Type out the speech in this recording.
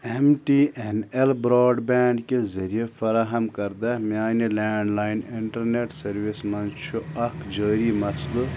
M T N L broadband کہِ ذریعہِ فراہم کردہ میٛانہِ لینٛڈ لاین انٹرنیٚٹ سٔروس منٛز چھُ اکھ جٲری مسلہٕ